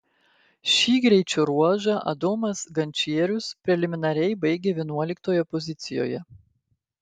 šį greičio ruožą adomas gančierius preliminariai baigė vienuoliktoje pozicijoje